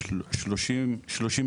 כמה?